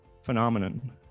phenomenon